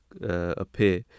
appear